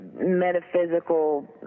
metaphysical